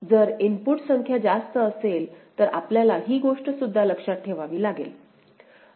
जर इनपुट संख्या जास्त असेल तर आपल्याला ही गोष्ट सुद्धा लक्षात ठेवावी लागेल